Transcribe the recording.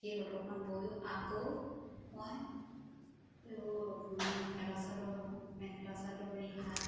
সেই সত্তৰখন বয়ো আকৌ মই এইবোৰ মেখেলা চাদৰ বওঁ মেখেলা চাদৰ ৰিহা